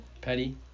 Petty